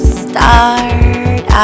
start